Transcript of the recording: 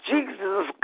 Jesus